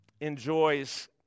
enjoys